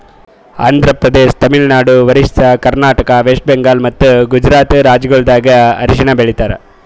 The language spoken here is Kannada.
ಆಂಧ್ರ ಪ್ರದೇಶ, ತಮಿಳುನಾಡು, ಒರಿಸ್ಸಾ, ಕರ್ನಾಟಕ, ವೆಸ್ಟ್ ಬೆಂಗಾಲ್ ಮತ್ತ ಗುಜರಾತ್ ರಾಜ್ಯಗೊಳ್ದಾಗ್ ಅರಿಶಿನ ಬೆಳಿತಾರ್